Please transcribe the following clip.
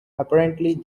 apparently